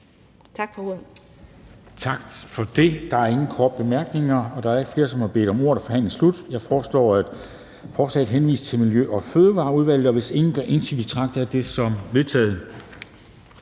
Tak for ordet.